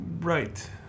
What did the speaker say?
Right